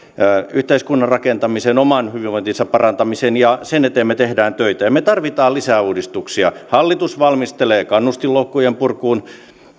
yhteiskunnan rakentamiseen oman hyvinvointinsa parantamiseen ja sen eteen me teemme töitä ja me tarvitsemme lisää uudistuksia hallitus valmistelee kannustinloukkujen purkuun